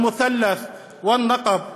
במשולש ובנגב.